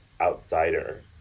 outsider